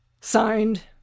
Signed